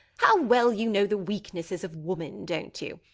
how well you know the weaknesses of woman, don't you?